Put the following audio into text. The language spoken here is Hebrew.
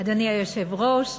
אדוני היושב-ראש,